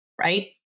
right